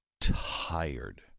tired